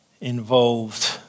involved